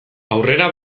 aurrera